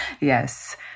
Yes